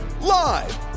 Live